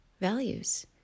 values